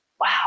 wow